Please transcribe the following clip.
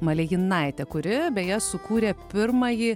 malėjinaite kuri beje sukūrė pirmąjį